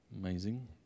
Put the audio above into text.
Amazing